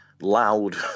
loud